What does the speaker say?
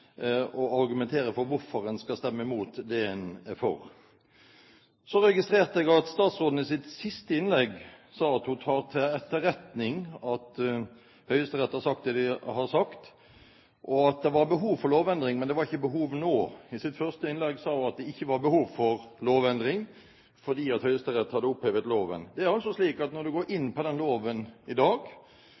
å argumentere for hvorfor en skal stemme imot det en er for. Så registrerte jeg at statsråden i sitt siste innlegg sa at hun tok til etterretning at Høyesterett hadde sagt det de hadde sagt, og at det var behov for lovendring, men ikke nå. I sitt første innlegg sa hun at det ikke var behov for lovendring, fordi Høyesterett hadde opphevet loven. Det er altså slik at når en går inn på denne loven i dag